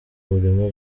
urimo